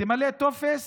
תמלא טופס